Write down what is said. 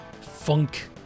funk